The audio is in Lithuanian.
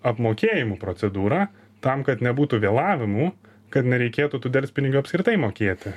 apmokėjimų procedūrą tam kad nebūtų vėlavimų kad nereikėtų tų delspinigių apskritai mokėti